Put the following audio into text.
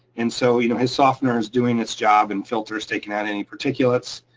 and so you know his softener is doing its job and filter's taking out any particulates,